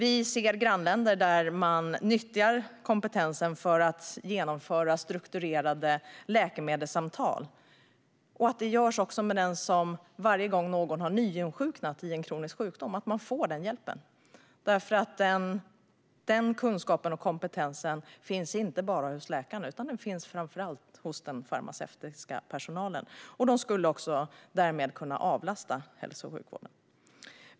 I grannländer nyttjar man kompetensen för att genomföra strukturerade läkemedelssamtal. Den hjälpen ges också varje gång någon har nyinsjuknat i en kronisk sjukdom. Den kunskapen och kompetensen finns inte bara hos läkarna utan framför allt hos den farmaceutiska personalen. De skulle därmed kunna avlasta hälso och sjukvården.